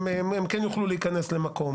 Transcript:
הם כן יוכלו להיכנס למקום,